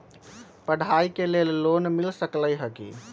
पढाई के लेल लोन मिल सकलई ह की?